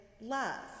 love